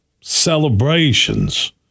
Celebrations